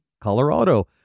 Colorado